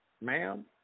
ma'am